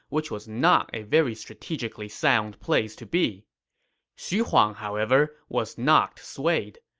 which was not a very strategically sound place to be xu huang, however, was not swayed.